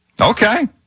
Okay